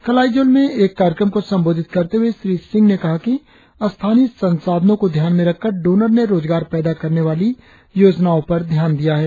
कल आईजोल में एक कार्यक्रम को संबोधित करते हुए श्री सिंह ने कहा कि स्थानीय संसाधनों को ध्याम में रखकर डोनर ने रोजगार पैदा करने वाली योजनाओं पर ध्यान दिया है